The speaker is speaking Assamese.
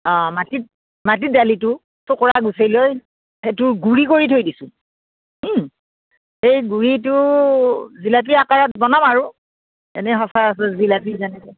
অঁ মাটিত মাটিৰ দালিটো চোকোৰা গুচাই লৈ সেইটো গুড়ি কৰি থৈ দিছোঁ সেই গুৰিটো জিলাপী আকাৰত বনাম আৰু এনে সচৰাচৰ জিলাপী যেনেকে